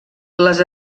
les